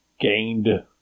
gained